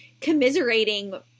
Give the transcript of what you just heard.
commiserating